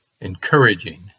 Encouraging